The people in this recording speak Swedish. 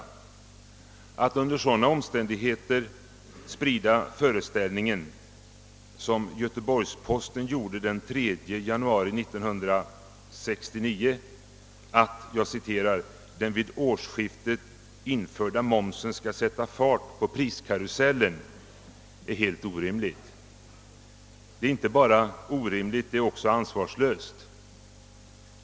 Att under sådana omständigheter göra gällande, som Göteborgs-Posten gjorde den 3 januari i år, att »den vid årsskiftet införda momsen skall sätta ökad fart på priskarusellen» är inte bara helt orimligt utan också ansvarslöst.